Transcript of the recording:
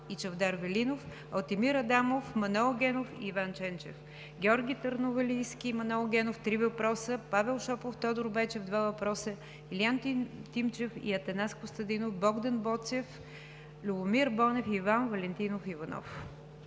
Иван Валентинов Иванов.